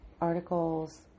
articles